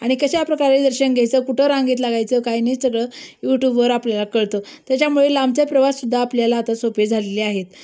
आणि कशा प्रकारे दर्शन घ्यायचं कुठं रांंगेत लागायचं काही नाही सगळं यूट्यूबवर आपल्याला कळतं त्याच्यामुळे लांबचा प्रवाससुद्धा आपल्याला आता सोपे झालेले आहेत